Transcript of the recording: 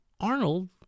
Arnold